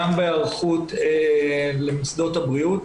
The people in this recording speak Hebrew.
גם בהיערכות של מוסדות הבריאות.